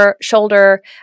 shoulder